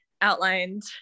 outlined